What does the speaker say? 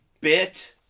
bit